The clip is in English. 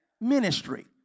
ministry